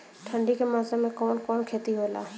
ठंडी के मौसम में कवन कवन खेती होला?